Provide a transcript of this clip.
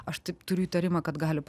aš taip turiu įtarimą kad gali